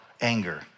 anger